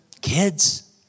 Kids